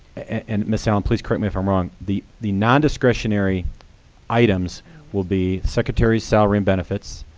and ms allen, please correct me if i'm wrong, the the non-discretionary items will be secretary salary and benefits,